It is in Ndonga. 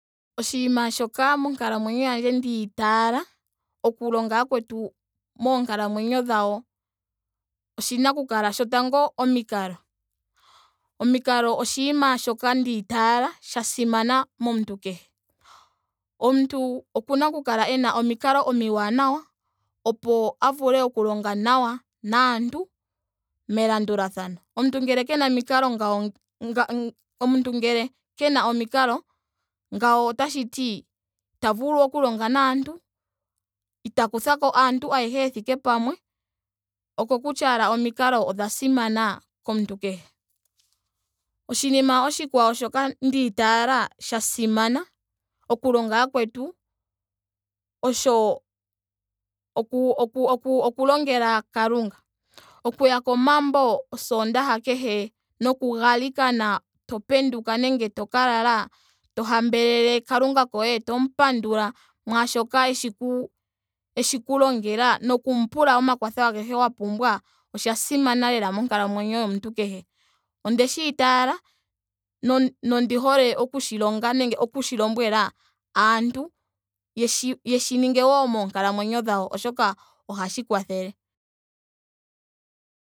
Oshinima shoka monkalamwenyo yandje ndiitaala oku longa yakwetu moonkalamwenyo dhawo oshina oku kala shotango omikalo. Omikalo oshinima shoka nditaala sha simana momuntu kehe. Omuntu okuna oku kala ena omikalo omiwanawa opo a vule oku longa nawa naantu melandulathano. Omuntu ngele kena omikalo ngawo nga- nga. omuntu ngele kena omikalo ngawo otashi ti ita vulu oku longa naantu. ita kutha ko aantu ayehe ye thike pamwe. Okokutya ashike omikalo odha simana komuntu kehe. oshinima oshikwawo shoka ndiitaala sha simana oku longa yakwetu osho oku- oku- oku okulongela kalunga. Okuya komambo osondaaha kehe noku galikana to penduka nenge to ka lala to hambelele kalunga koye tomu pandula mwaashoka eshi ku- eshi ku longela nokumu pula omakwatho ahege wa pumbwa osha simana lela monkalamwenyo yomuntu kehe. Ondeshi itayela. no- nondi hole oku shi longa nenga okushi lombwela aantu yeshi yeshi ninge moonkalamwenyo dhawo oshoka ohashi kwathele